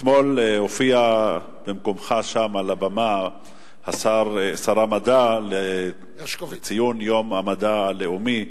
אתמול הופיע במקומך שם על הבמה שר המדע לציון יום המדע הלאומי,